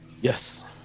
yes